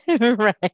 Right